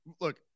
look